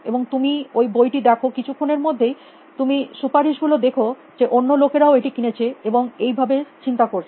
এবং তুমি ওই বইটি দেখো কিছুক্ষণের মধ্যেই তুমি সুপারিশ গুলি দেখো যে অন্য লোকেরাও এটি কিনেছে এবং এই ভাবে চিন্তা করছে